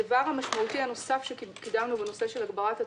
הדבר המשמעותי הנוסף שקידמנו בנושא של הגברת התחרות,